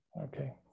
Okay